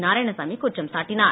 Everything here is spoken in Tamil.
நாராயணசாமி குற்றம் சாட்டினார்